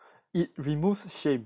it removes shame